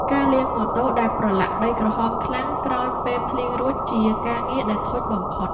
ការលាងម៉ូតូដែលប្រឡាក់ដីក្រហមខ្លាំងក្រោយពេលភ្លៀងរួច ជាការងារដែលធុញបំផុត។